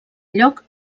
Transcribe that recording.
lloc